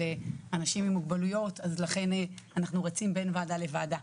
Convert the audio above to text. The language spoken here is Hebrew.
אנשים עם מוגבלויות אז לכן אנחנו רצים בין ועדה לוועדה.